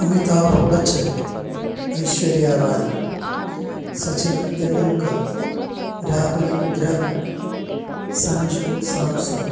Amitabh Bachchan Aishwarya Rai Sachin Tendulkar Rahul Dravid Sanju Samson